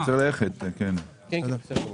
עכשיו זה 8.2%. לא, אז זה היה